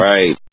Right